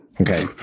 Okay